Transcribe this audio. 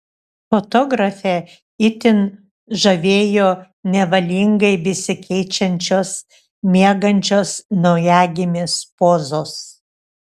fotografę itin žavėjo nevalingai besikeičiančios miegančios naujagimės pozos